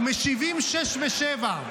משיבים 6 ו-7,